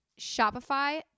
Shopify